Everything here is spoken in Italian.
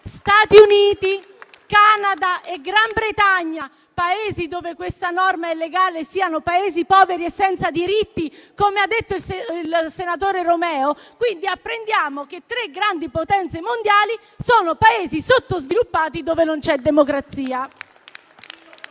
Stati Uniti, Canada e Gran Bretagna, Paesi dove questa norma è legale, siano Paesi poveri e senza diritti, come ha detto il senatore Romeo? Quindi, apprendiamo che tre grandi potenze mondiali sono Paesi sottosviluppati, dove non c'è democrazia.